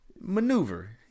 maneuver